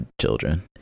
children